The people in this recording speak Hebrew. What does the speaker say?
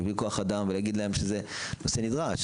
להביא כוח אדם ולהגיד להם שזה נושא נדרש.